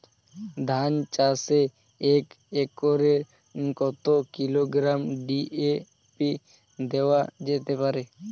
ধান চাষে এক একরে কত কিলোগ্রাম ডি.এ.পি দেওয়া যেতে পারে?